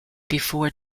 before